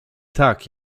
tak